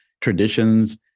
traditions